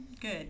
Good